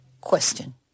Question